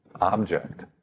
object